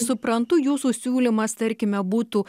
suprantu jūsų siūlymas tarkime būtų